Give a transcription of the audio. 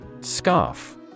Scarf